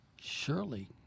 Surely